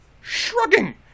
shrugging